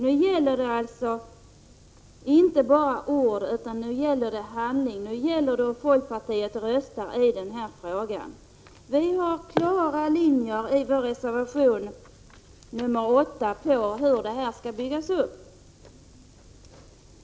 Nu gäller det alltså inte bara ord, utan det gäller handling. Nu gäller det hur folkpartiet röstar i den här frågan. Vi har klara linjer i vår reservation nr 8 för hur detta skall byggas upp.